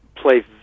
Play